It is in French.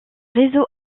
réseau